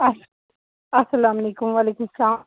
اَس اَلسلامُ علیکُم وعلیکُم السلام